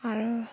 আৰু